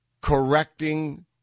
correcting